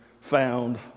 found